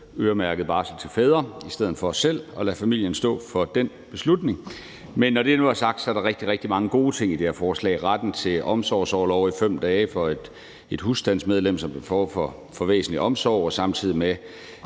øremærket barsel til fædre i stedet for at lade familien selv stå for den beslutning. Men når det nu er sagt, er der rigtig, rigtig mange gode ting i det her forslag – retten til omsorgsorlov i 5 dage for et husstandsmedlem, som står for væsentlig omsorg, og samtidig